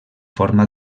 forma